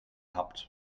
habt